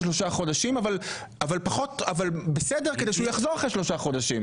שלושה חודשים אבל בסדר כדי שהוא יחזור אחרי שלושה חודשים,